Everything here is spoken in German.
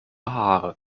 haare